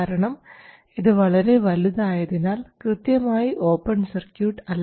കാരണം ഇത് വളരെ വലുതായതിനാൽ കൃത്യമായി ഓപ്പൺ സർക്യൂട്ട് അല്ല